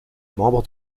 membres